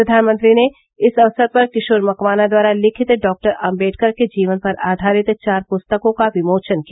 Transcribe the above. फ्र्वानमंत्री ने इस अवसर पर किशोर मकवाना द्वारा लिखित डॉक्टर आम्बेडर के जीवन पर आधारित चार पुस्तकॉ का विमोचन किया